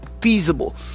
feasible